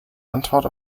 antwort